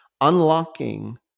unlocking